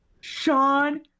sean